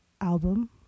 album